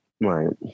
Right